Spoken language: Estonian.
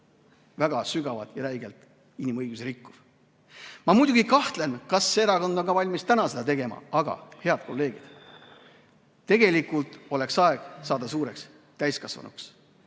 väga sügavalt ja räigelt inimõigusi rikkuv. Ma muidugi kahtlen, kas see erakond on valmis täna seda tegema, aga, head kolleegid, tegelikult oleks aeg saada suureks, täiskasvanuks.